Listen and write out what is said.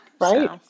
Right